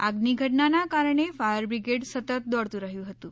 આગની ઘટનાના કારણે ફાયર બ્રિગેડ સતત દોડતું રહ્યું હતું